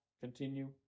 continue